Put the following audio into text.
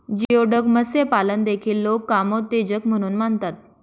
geoduck मत्स्यपालन देखील लोक कामोत्तेजक म्हणून मानतात